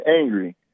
angry